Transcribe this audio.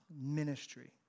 ministry